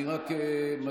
אני רק מדגיש,